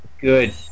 Good